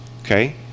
Okay